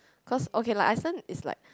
cause okay like Iceland is like